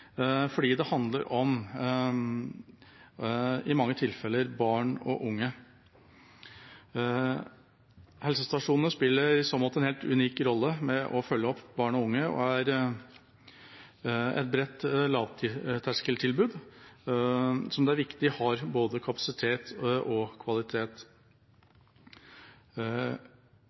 fordi det i mange tilfeller handler om barn og unge. Helsestasjonene spiller i så måte en helt unik rolle i å følge opp barn og unge, og er et bredt lavterskeltilbud som det er viktig har både kapasitet og kvalitet.